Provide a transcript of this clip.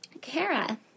Kara